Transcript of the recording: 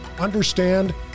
understand